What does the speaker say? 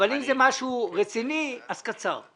אבל אם זה משהו רציני אז קצר.